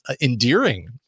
endearing